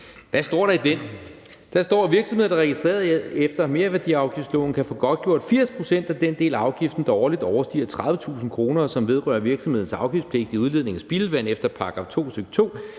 Hvad står der i den? Der står: »Virksomheder, der er registreret efter merværdiafgiftsloven, kan få godtgjort 80 pct. af den del af afgiften, der årligt overstiger 30.000 kr., og som vedrører virksomhedens afgiftspligtige udledning af spildevand efter § 2,